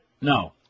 No